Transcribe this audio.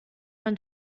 man